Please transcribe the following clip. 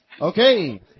Okay